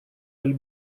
аль